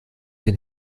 den